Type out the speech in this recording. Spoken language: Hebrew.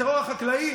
בטרור החקלאי